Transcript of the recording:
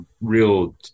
real